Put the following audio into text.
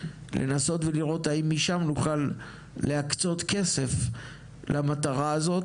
כדי לנסות ולראות האם משם נוכל להקצות כסף למטרה הזו,